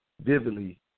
vividly